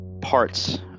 parts